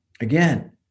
Again